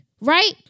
right